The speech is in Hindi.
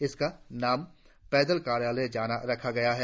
इसका नाम पैदल कार्यालय जाना रखा गया है